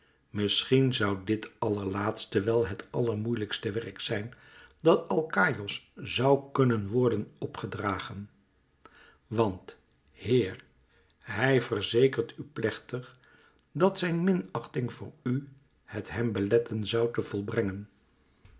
misschien zoû dit allerlaatste wel het allermoeilijkste werk zijn dat alkaïos zoû kunnen worden op gedragen want heer hij verzekert u plechtig dat zijn minachting voor u het hem beletten zoû te volbrengen